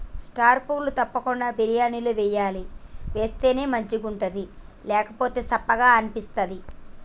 star పువ్వు తప్పకుండ బిర్యానీల వేయాలి వేస్తేనే మంచిగుంటది లేకపోతె సప్పగ అనిపిస్తది